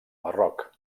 marroc